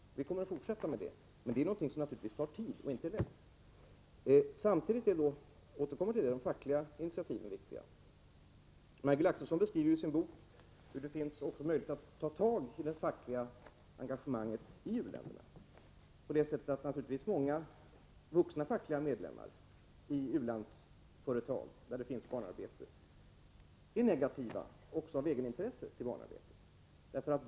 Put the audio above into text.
Vi kommer att fortsätta med det, men det tar naturligtvis tid, och det är inte lätt. Samtidigt är de fackliga initiativen viktiga — jag återkommer till det. Majgull Axelsson beskriver i sin bok hur det också finns möjlighet att ta tag i det fackliga engagemanget i u-länderna, eftersom många vuxna fackliga medlemmar i u-landsföretag där det finns barnarbete är negativa — också av egenintresse — till barnarbete.